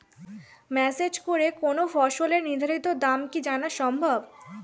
Message করে কোন ফসলের নির্ধারিত দাম কি জানা সম্ভব?